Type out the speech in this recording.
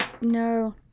No